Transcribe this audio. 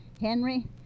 Henry